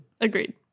Agreed